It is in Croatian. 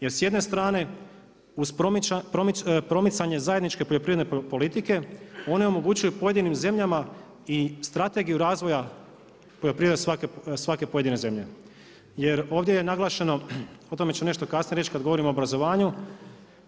Jer s jedne strane uz promicanje zajedničke poljoprivredne politike, one omogućuju pojedinim zemljama i strategiju razvoja, poljoprivredu svake pojedine zemlje jer ovdje je naglašeno, o tome ćemo nešto kasnije reći kad govorimo o obrazovanju,